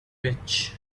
rich